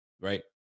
right